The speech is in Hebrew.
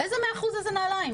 איזה מאה אחוז, איזה נעליים?